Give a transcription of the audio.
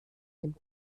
dem